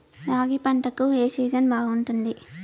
రాగి పంటకు, ఏ సీజన్ బాగుంటుంది?